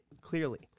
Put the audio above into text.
clearly